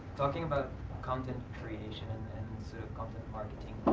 talking about content creation, and so content marketing,